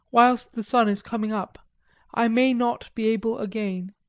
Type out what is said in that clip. whilst the sun is coming up i may not be able again.